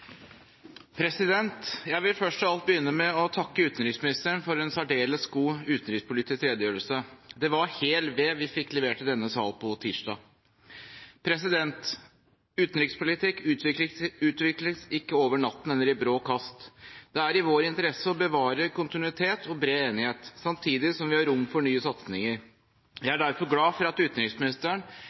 Jeg vil først av alt begynne med å takke utenriksministeren for en særdeles god utenrikspolitisk redegjørelse. Det var hel ved vi fikk levert i denne sal på tirsdag. Utenrikspolitikk utvikles ikke over natten eller i brå kast. Det er i vår interesse å bevare kontinuitet og bred enighet, samtidig som vi har rom for nye satsinger. Jeg er derfor glad for at utenriksministeren